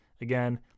again